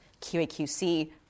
QAQC